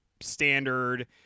standard